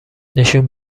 نشون